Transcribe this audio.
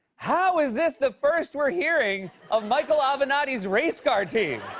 how is this the first we're hearing of michael avenatti's racecar team?